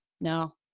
No